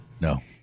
No